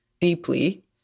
deeply